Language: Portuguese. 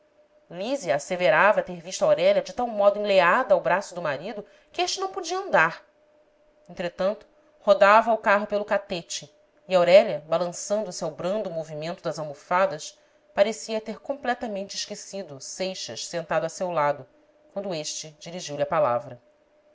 lísia asseverava ter visto aurélia de tal modo enleada ao braço do marido que este não podia andar entretanto rodava o carro pelo catete e aurélia balançando se ao brando movimento das almofadas parecia ter completamente esquecido seixas sentado a seu lado quando este dirigiu-lhe a palavra